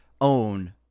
own